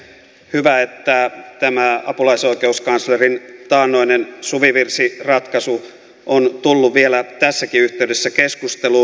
hyvä että tämä apulaisoikeuskanslerin taannoinen suvivirsiratkaisu on tullut vielä tässäkin yhteydessä keskusteluun